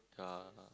yeah